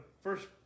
first